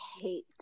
hate